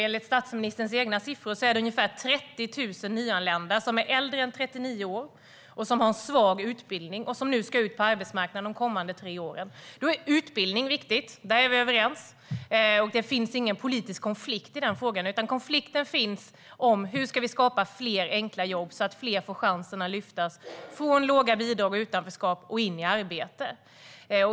Enligt statsministerns egna siffror är det ungefär 30 000 nyanlända som är äldre än 39 år, som har en svag utbildning och som ska ut på arbetsmarknaden de kommande tre åren. Då är utbildning viktigt. Där är vi överens. Det finns ingen politisk konflikt i den frågan, utan konflikten gäller hur vi ska skapa fler enkla jobb så att fler får chansen att lyftas från låga bidrag och utanförskap och in i arbete.